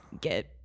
get